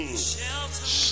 shelter